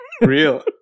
Real